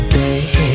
day